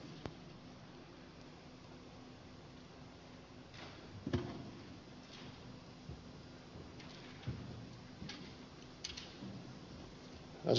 arvoisa puhemies